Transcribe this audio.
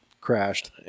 crashed